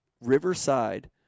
Riverside